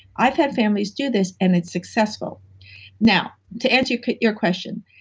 i've had families do this and it's successful now, to answer your question.